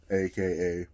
aka